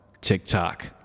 TikTok